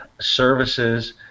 Services